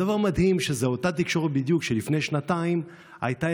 הדבר המדהים הוא שזאת אותה תקשורת בדיוק שלפני שנתיים הייתה,